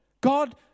God